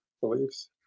beliefs